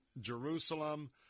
Jerusalem